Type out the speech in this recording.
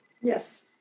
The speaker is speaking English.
Yes